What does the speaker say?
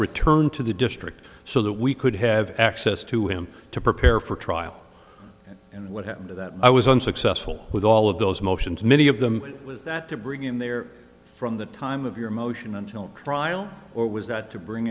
returned to the district so that we could have access to him to prepare for trial and what happened that i was unsuccessful with all of those motions many of them was that to bring in there from the time of your motion until trial or was that to bring